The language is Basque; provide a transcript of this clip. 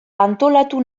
antolatu